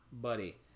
buddy